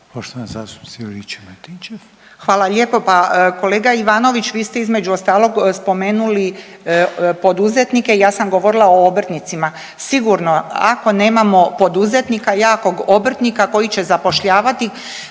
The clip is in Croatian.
**Juričev-Martinčev, Branka (HDZ)** Hvala lijepo. Pa kolega Ivanović, vi ste između ostalog spomenuli poduzetnike, ja sam govorila o obrtnicima. Sigurno ako nemamo poduzetnika i jakog obrtnika koji će zapošljavati